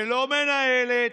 שלא מנהלת